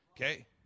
Okay